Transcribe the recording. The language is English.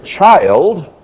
child